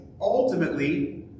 Ultimately